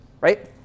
right